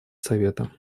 совета